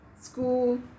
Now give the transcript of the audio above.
school